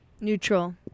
Neutral